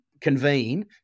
convene